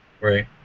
right